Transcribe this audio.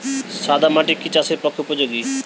সাদা মাটি কি চাষের পক্ষে উপযোগী?